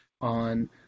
on